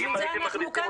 אז בשביל זה אנחנו כאן.